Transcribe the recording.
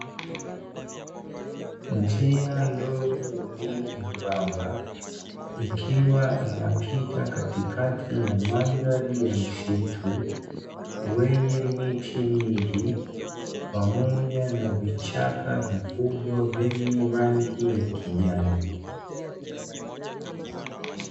Njia ndogo iliyo nyembamba ikiwa inapita katikati ya mandhari ya msitu, wenye miti mingi pamoja na vichaka vikubwa vyenye rangi ya kijani.